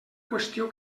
qüestió